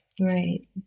Right